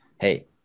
Hey